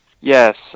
yes